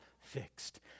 fixed